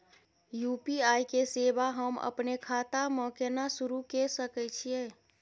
UPI के सेवा हम अपने खाता म केना सुरू के सके छियै?